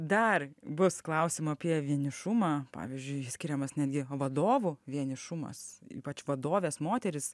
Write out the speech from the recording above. dar bus klausimų apie vienišumą pavyzdžiui išskiriamas netgi vadovų vienišumas ypač vadovės moterys